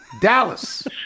Dallas